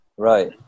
Right